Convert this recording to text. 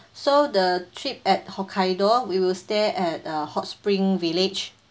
so the trip at hokkaido we will stay at uh hot spring village